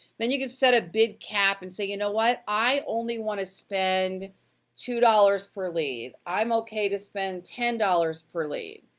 then you could set a bid cap and say, you know what? i only wanna spend two dollars per lead, i'm okay to spend ten dollars per lead.